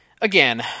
Again